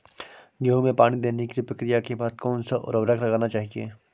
गेहूँ में पानी देने की प्रक्रिया के बाद कौन सा उर्वरक लगाना चाहिए?